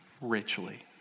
richly